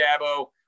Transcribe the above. Dabo